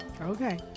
Okay